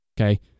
Okay